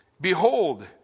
Behold